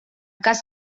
cas